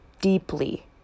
deeply